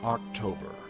October